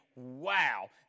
wow